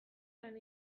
lan